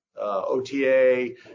OTA